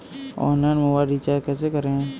Online mobile recharge कैसे करें?